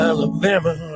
Alabama